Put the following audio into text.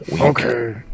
Okay